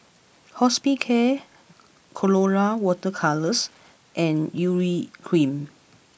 Hospicare Colora water colours and Urea cream